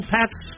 Pat's